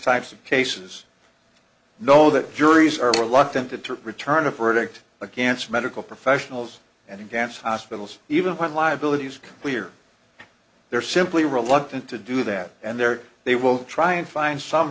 types of cases know that juries are reluctant to return a verdict against medical professionals and against hospitals even when liabilities we're they're simply reluctant to do that and there they will try and find some